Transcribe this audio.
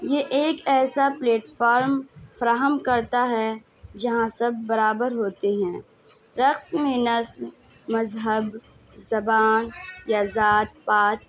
یہ ایک ایسا پلیٹفارم فراہم کرتا ہے جہاں سب برابر ہوتے ہیں رقص میں نسل مذہب زبان یاذات پات